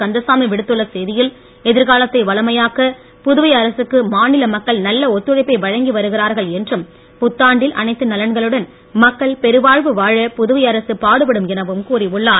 கந்தசாமி விடுத்துள்ள செய்தியில் எதிர்க்காலத்தை வளமையாக்க புதுவை அரசுக்கு மாநில மக்கள் நல்ல ஒத்துழைப்பை வழங்கி வருகிறார்கள் என்றும் புத்தாண்டில் அனைத்து நலன்களுடன் மக்கள் பெரு வாழ்வு வாழ புதுவை அரசு பாடுபடும் எனவும் கூறியுள்ளார்